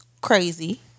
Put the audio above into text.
crazy